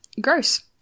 Gross